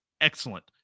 excellent